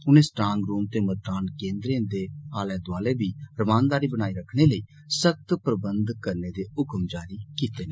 उनें स्ट्रांगरू ते मतदान केन्द्रें दे आले दुआले बी रमानदारी बनाई रखने लेई सख्त प्रबंध करने दे हुक्म जारी कीते न